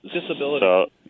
Disability